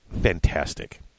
Fantastic